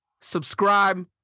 subscribe